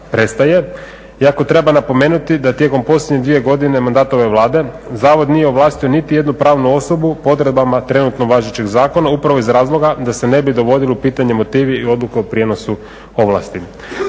prestaje i ako treba napomenuti da tijekom posljednje dvije godine mandatove Vlade zavod nije ovlastio niti jednu pravnu osobu potrebama trenutno važećeg zakona upravo iz razloga da se ne bi dogodilo pitanje … i odluka o prijenosu ovlasti.